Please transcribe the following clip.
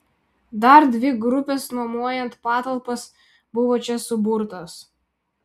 dar dvi grupės nuomojant patalpas buvo čia suburtos